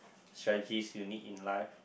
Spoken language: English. strategies you need in life